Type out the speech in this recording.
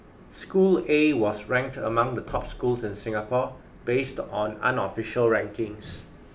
school A was ranked among the top schools in Singapore based on unofficial rankings